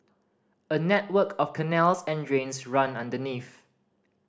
a network of canals and drains run underneath